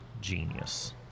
genius